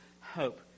hope